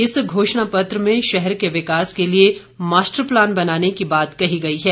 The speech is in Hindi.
इस घोषणा पत्र में शहर के विकास के लिए मास्टर प्लान बनाने की बात कही गई है